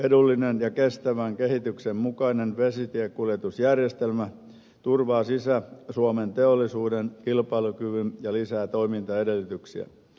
edullinen ja kestävän kehityksen mukainen vesitiekuljetusjärjestelmä turvaa sisä suomen teollisuuden kilpailukyvyn ja lisää toimintaedellytyksiä